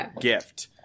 gift